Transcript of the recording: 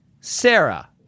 Sarah